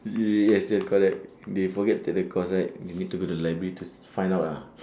yes yes correct they forget take the course right they need to go to the library to find out ah